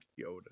Yoda